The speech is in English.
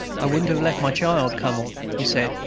i wouldn't have left my child, cunnel, he said,